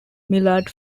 millard